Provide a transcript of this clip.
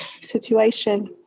situation